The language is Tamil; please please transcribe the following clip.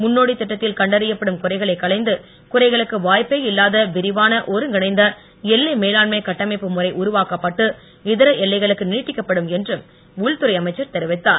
முன்னோடி திட்டத்தில் கண்டறியப்படும் குறைகளைக் களைந்து குறைகளுக்கு வாய்ப்பே இல்லாத விரிவான ஒருங்கிணைந்த எல்லை மேலாண்மை கட்டமைப்பு முறை உருவாக்கப்பட்டு இதர எல்லைகளுக்கு நீட்டிக்கப்படும் என்றும் உள்துறை அமைச்சர் தெரிவித்தார்